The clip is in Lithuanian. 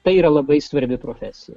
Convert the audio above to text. tai yra labai svarbi profesija